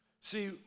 See